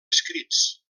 escrits